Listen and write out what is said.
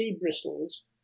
bristles